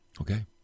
Okay